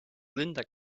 linda